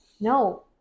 No